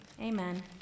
Amen